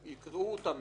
יקראו אותן מראש,